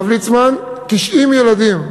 הרב ליצמן, 90 ילדים.